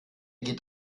geht